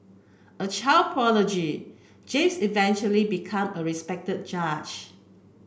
a child prodigy James eventually become a respect judge